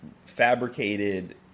fabricated